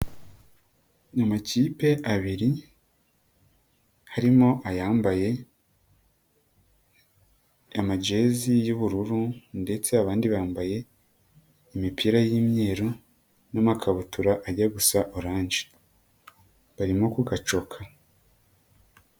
Amakipe abiri, harimo ayambaye, amajezi y'ubururu ndetse abandi bambaye imipira y'imyeru n'makabutura ajya gusa oranje, barimo kugacoka.